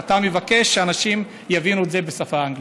אתה מבקש שאנשים יבינו את זה בשפה האנגלית.